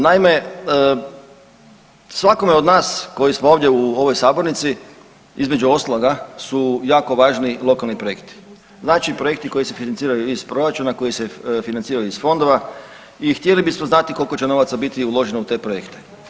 Naime, svakome od nas koji smo ovdje u ovoj sabornici između ostaloga su jako važni lokalni projekti, znači projekti koji se financiraju iz proračuna, koji se financiraju iz fondova i htjeli bismo znati koliko će novaca biti uloženo u te projekte.